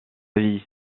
vie